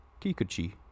Kikuchi